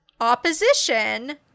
opposition